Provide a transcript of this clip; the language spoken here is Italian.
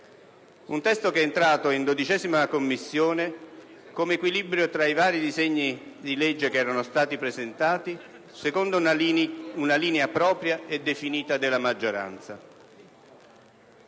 un testo che è entrato in 12a Commissione con equilibrio tra i vari disegni di legge che erano stati presentati, secondo una linea propria e definita della maggioranza.